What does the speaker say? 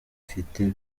ifite